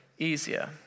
easier